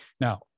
Now